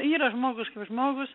yra žmogus kaip žmogus